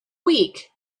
week